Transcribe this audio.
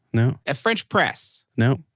no a french press no.